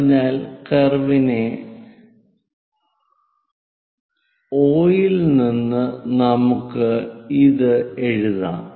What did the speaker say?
അതിനാൽ കർവിലെ O ൽ നിന്ന് നമുക്ക് ഇത് എഴുതാം